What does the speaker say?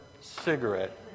cigarette